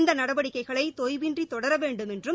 இந்த நடவடிக்கைகளை தொய்வின்றி தொடர வேண்டும் என்றும்